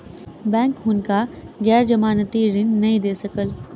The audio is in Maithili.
बैंक हुनका गैर जमानती ऋण नै दय सकल